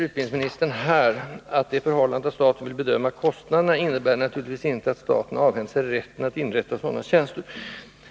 Utbildningsministern säger samtidigt att det förhållandet att staten vill kunna bedöma de totala kostnaderna naturligtvis inte innebär att staten har avhänt sig rätten att inrätta tjänster som professor i kliniskt ämne.